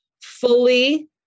fully